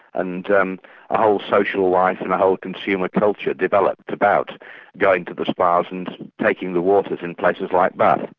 and um a whole social life and a whole consumer culture developed about going to the spas and taking the waters in places like bath.